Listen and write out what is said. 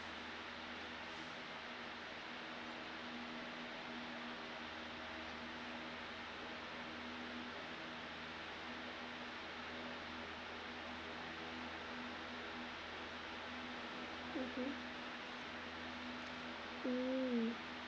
mmhmm hmm